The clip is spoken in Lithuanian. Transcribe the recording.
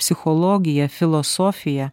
psichologija filosofija